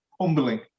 humbling